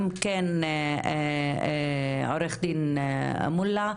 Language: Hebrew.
עורך דין מולא,